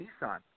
Nissan